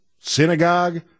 synagogue